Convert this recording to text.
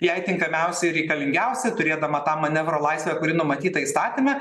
jai tinkamiausi ir reikalingiausi turėdama tą manevro laisvę kuri numatyta įstatyme